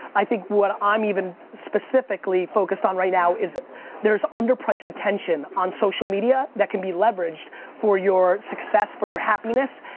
i think what i'm even specifically focused on right now, is there is underpriced attention on social media, that can be leveraged for your success, for your happiness,